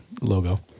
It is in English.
logo